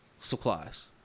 supplies